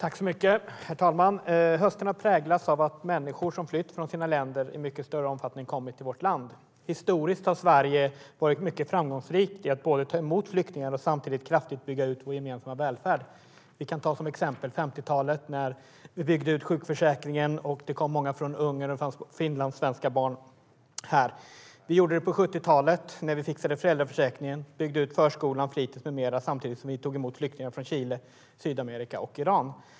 Herr talman! Hösten har präglats av att människor som flytt från sina länder i mycket större omfattning kommit till vårt land. Historiskt har Sverige varit mycket framgångsrikt i att både ta emot flyktingar och samtidigt kraftigt bygga ut vår gemensamma välfärd. Vi kan som exempel ta 50-talet, när vi byggde ut sjukförsäkringen. Det kom då många från Ungern, och det fanns finska barn här. Vi gjorde det på 70-talet, när vi fixade föräldraförsäkringen och byggde ut förskola, fritis med mera samtidigt som vi tog emot flyktingar från Chile, Sydamerika och Iran.